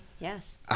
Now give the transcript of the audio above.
yes